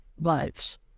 lives